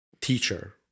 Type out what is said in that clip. teacher